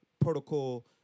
protocol